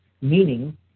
meaning